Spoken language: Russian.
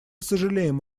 сожалеем